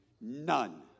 None